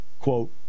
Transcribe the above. quote